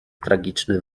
tragiczny